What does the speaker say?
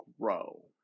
grow